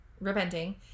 repenting